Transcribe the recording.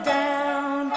down